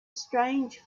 strange